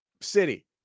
city